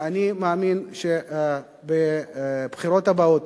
אני מאמין שבבחירות הבאות,